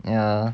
ya